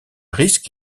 risque